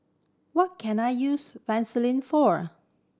what can I use Vaselin for